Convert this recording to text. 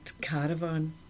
caravan